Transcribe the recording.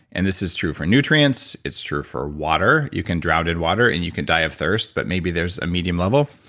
and this is true for nutrients it's true for water. you can drown in water, and you can die of thirst, but maybe there's a medium level.